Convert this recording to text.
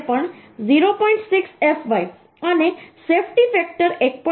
6fy અને safety factor 1